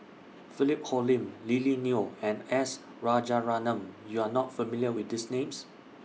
Philip Hoalim Lily Neo and S Rajaratnam YOU Are not familiar with These Names